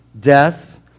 death